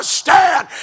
stand